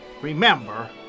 Remember